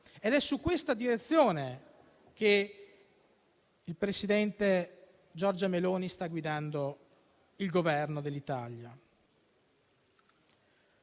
ed è in questa direzione che il presidente Giorgia Meloni sta guidando il Governo dell'Italia.